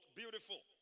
beautiful